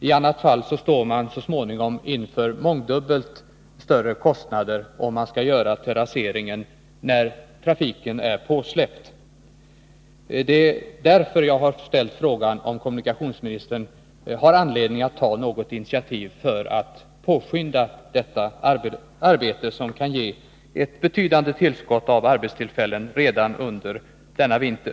I annat fall står man så småningom inför mångdubbelt större kostnader, om man skall göra terrasseringen när trafiken är påsläppt. Det är därför som jag har frågat om kommunikationsministern har för avsikt att ta något initiativ för att påskynda detta arbete, som kan ge ett betydande tillskott av arbetstillfällen redan under denna vinter.